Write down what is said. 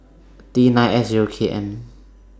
T nine F Zero K M